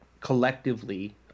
collectively